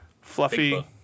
fluffy